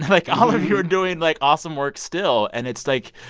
like, all of you are doing, like, awesome work still. and it's, like,